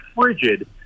frigid